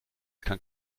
kann